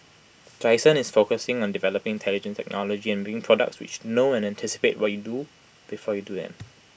Dyson is focusing on developing intelligent technology and making products which know and anticipate what you do before you doing